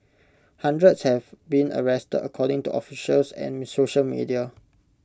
hundreds have been arrested according to officials and social media